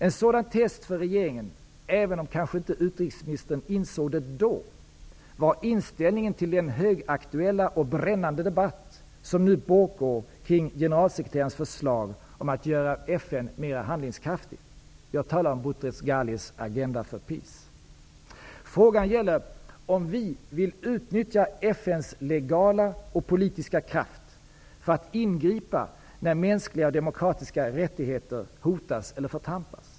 Ett sådan test för regeringen, även om kanske inte utrikesministern insåg det då, var inställningen till den högaktuella och brännande debatt som nu pågår kring Generalsekreterarens förslag om att göra FN mer handlingskraftigt. Jag talar om Frågan gäller om vi vill utnyttja FN:s legala och politiska kraft för att ingripa när mänskliga och demokratiska rättigheter hotas eller förtrampas.